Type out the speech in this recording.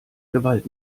gewalt